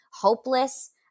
hopeless